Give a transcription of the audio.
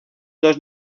dos